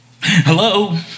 Hello